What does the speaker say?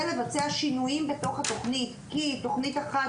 לבצע שינויים בתוך התכנית כי תכנית אחת,